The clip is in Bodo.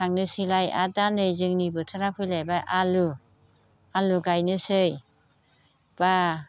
थांनोसैलाय आरो दा नै जोंनि बोथोरा फैलायबाय आलु आलु गायनोसै बा